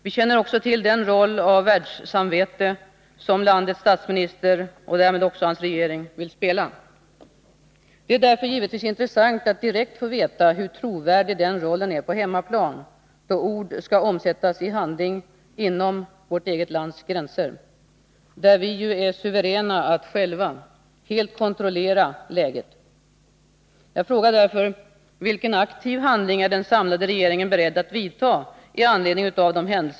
Vi känner också till den roll av världssamvete som landets statsminister och därmed också hans regering vill spela. Det är därför givetvis intressant att direkt få veta hur trovärdig den rollen är på hemmaplan, då ord skall omsättas i handling inom vårt eget lands gränser, där vi ju är suveräna att själva helt kontrollera läget.